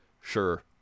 sure